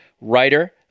writer